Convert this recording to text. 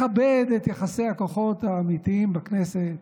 לכבד את יחסי הכוחות האמיתיים בכנסת,